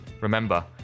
Remember